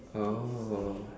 oh